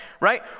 right